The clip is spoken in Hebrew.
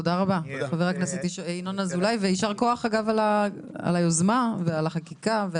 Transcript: תודה רבה חבר הכנסת ינון אזולאי ויישר כוח על היוזמה ועל החקיקה.